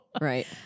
Right